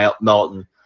Melton